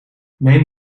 neem